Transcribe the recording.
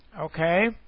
Okay